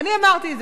די,